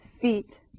feet